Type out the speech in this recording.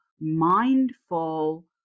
mindful